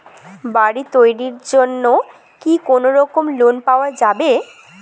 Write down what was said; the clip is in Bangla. বাড়ি তৈরির জন্যে কি কোনোরকম লোন পাওয়া যাবে?